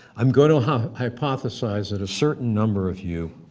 i'm going to and hypothesize that a certain number of you